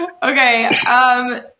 Okay